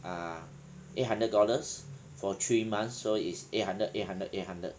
ah eight hundred dollars for three months so is eight hundred eight hundred eight hundred